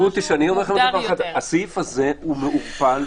הסעיף הזה הוא מעורפל.